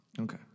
okay